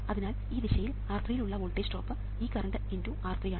അതിനാൽ ഈ ദിശയിൽ R3 ൽ ഉള്ള വോൾട്ടേജ് ഡ്രോപ്പ് ഈ കറണ്ട്×R3 ആണ്